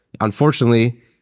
unfortunately